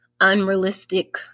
unrealistic